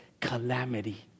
calamity